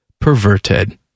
Perverted